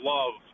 Love